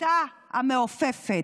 הכיתה המעופפת.